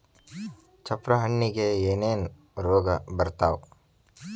ಚಪ್ರ ಹಣ್ಣಿಗೆ ಏನೇನ್ ರೋಗ ಬರ್ತಾವ?